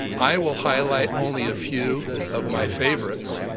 i will highlight only a few of my favorites.